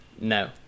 no